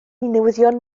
newyddion